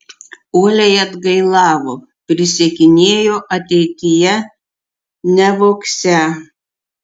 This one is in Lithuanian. uoliai atgailavo prisiekinėjo ateityje nevogsią